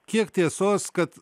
kiek tiesos kad